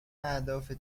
اهداف